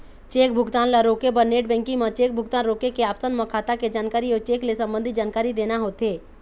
cheque भुगतान ल रोके बर नेट बेंकिंग म चेक भुगतान रोके के ऑप्सन म खाता के जानकारी अउ चेक ले संबंधित जानकारी देना होथे